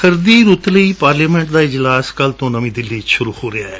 ਸਰਦੀ ਰੁੱਤ ਦਾ ਪਾਰਲੀਮੈਂਟ ਦਾ ਇਜਲਾਸ ਕੱਲੂ ਤੋਂ ਨਵੀ ਦਿੱਲੀ ਵਿੱਚ ਸ਼ੁਰੂ ਹੋ ਰਿਹੈ